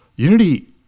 Unity